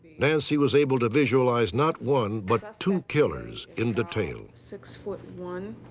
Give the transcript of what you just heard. nancy was able to visualize not one, but two killers in detail. six foot one.